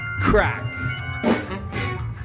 Crack